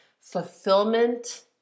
fulfillment